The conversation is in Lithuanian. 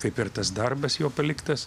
kaip ir tas darbas jo paliktas